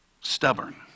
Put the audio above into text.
Stubborn